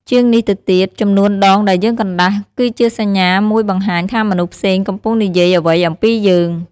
ជាងនេះទៅទៀត ចំនួនដងដែលយើងកណ្តាស់ គឺជាសញ្ញាមួយបង្ហាញថាមនុស្សផ្សេងកំពុងនិយាយអ្វីអំពីយើង។